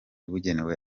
bugenewe